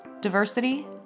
diversity